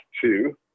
two